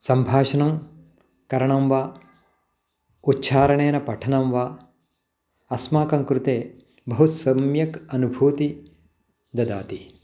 संभाषणं करणं वा उच्चारणेन पठनं वा अस्माकं कृते बहु सम्यक् अनुभूति ददाति